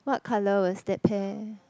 what colour was that pair